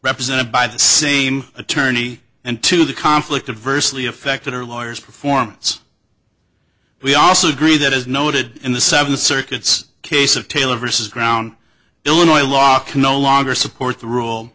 represented by the same attorney and to the conflict adversity affected her lawyers performance we also agree that as noted in the seven circuits case of taylor versus ground illinois law can no longer support the rule